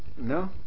no